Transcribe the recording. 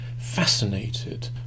fascinated